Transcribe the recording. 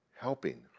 helping